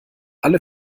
alle